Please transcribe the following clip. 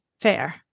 Fair